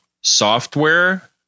Software